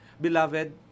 Beloved